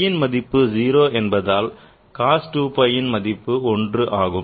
phiன் மதிப்பு 0 என்பதால் cos 2 phi ன் மதிப்பு 1 ஆகும்